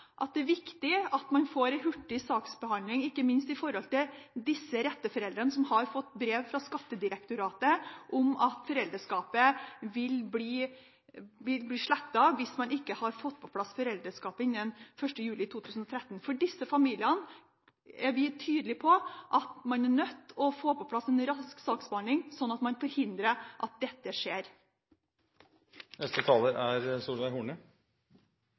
at det er viktig at man får en hurtig saksbehandling, ikke minst med hensyn til de rette foreldrene som har fått brev fra Skattedirektoratet om at foreldreskapet vil bli slettet hvis man ikke har fått på plass foreldreskapet innen 1. juli 2013. For disse familiene er vi tydelige på at man er nødt til å få på plass en rask saksbehandling, sånn at man forhindrer at dette